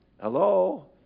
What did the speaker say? Hello